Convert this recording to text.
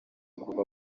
kuva